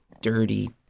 dirty